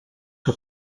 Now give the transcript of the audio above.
que